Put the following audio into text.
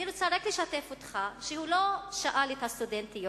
אני רוצה לשתף אותך שהוא לא שאל את הסטודנטיות,